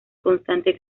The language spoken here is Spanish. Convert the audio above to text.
constante